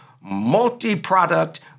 multi-product